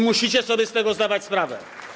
Musicie sobie z tego zdawać sprawę.